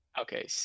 Okay